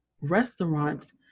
restaurants